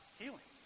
healing